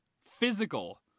physical